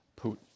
Putin